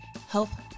health